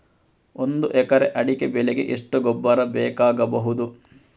ಒಂದು ಎಕರೆ ಅಡಿಕೆ ಬೆಳೆಗೆ ಎಷ್ಟು ಗೊಬ್ಬರ ಬೇಕಾಗಬಹುದು?